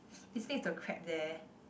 is next to the Crab there